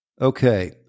Okay